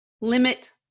limit